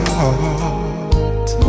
heart